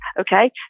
okay